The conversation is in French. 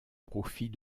profit